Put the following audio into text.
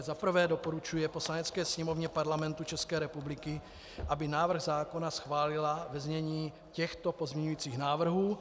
I. doporučuje Poslanecké sněmovně Parlamentu České republiky, aby návrh zákona schválila ve znění těchto pozměňovacích návrhů.